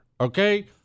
okay